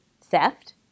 theft